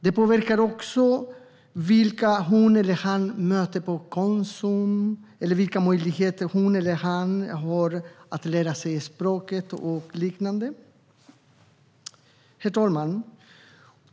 Det påverkar också vilka hon eller han möter på Konsum eller vilka möjligheter hon eller han har att lära sig språket och liknande.